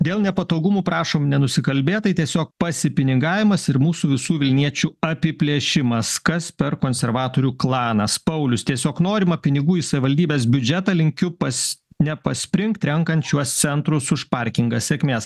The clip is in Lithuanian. dėl nepatogumų prašom nenusikalbėt tai tiesiog pasipinigavimas ir mūsų visų vilniečių apiplėšimas kas per konservatorių klanas paulius tiesiog norima pinigų į savivaldybės biudžetą linkiu pas nepaspringt renkant šiuos centrus už parkingą sėkmės